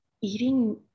eating